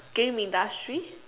game industry